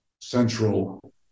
central